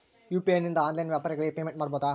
UPI ನಿಂದ online ವ್ಯಾಪಾರಗಳಿಗೆ payment ಮಾಡಬಹುದಾ?